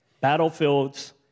battlefields